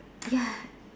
ya